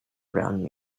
around